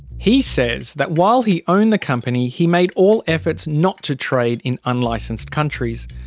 he says that while he owned the company, he made all efforts not to trade in unlicensed countries,